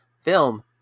film